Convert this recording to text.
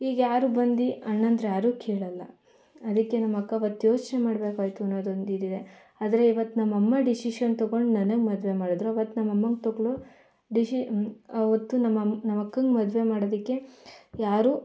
ಈಗ ಯಾರೂ ಬಂದು ಅಣ್ಣಂದ್ರು ಯಾರೋ ಕೇಳೋಲ್ಲ ಅದಕ್ಕೆ ನಮ್ಮಕ್ಕ ಆವತ್ತು ಯೋಚನೆ ಮಾಡಬೇಕಾಯ್ತು ಅನ್ನೋದೊಂದು ಇದೆ ಆದರೆ ಈವತ್ತು ನಮ್ಮಮ್ಮ ಡಿಸಿಷನ್ ತಗೊಂಡು ನನಗಡ ಮದುವೆ ಮಾಡಿದರು ಅವತ್ತು ನಮ್ಮಮ್ಮನ ತಗೊಳ್ಳೋ ಡಿಷಿ ಆವತ್ತು ನಮ್ಮಮ್ಮ ನಮ್ಮಕ್ಕಂಗೆ ಮದುವೆ ಮಾಡೋದಕ್ಕೆ ಯಾರು